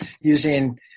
using